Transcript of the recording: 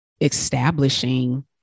establishing